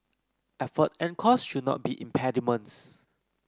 effort and cost should not be impediments